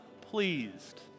pleased